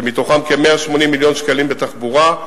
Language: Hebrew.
מתוכם כ-180 מיליון שקלים לתחבורה,